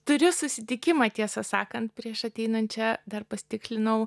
turiu susitikimą tiesą sakant prieš ateinant čia dar pasitikslinau